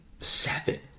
seven